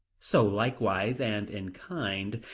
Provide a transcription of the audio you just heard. so likewise, and in kind,